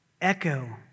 echo